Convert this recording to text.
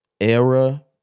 era